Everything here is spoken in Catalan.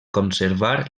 conservar